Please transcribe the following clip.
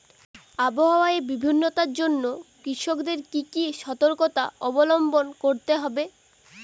আবহাওয়ার এই ভিন্নতার জন্য কৃষকদের কি কি সর্তকতা অবলম্বন করতে হবে?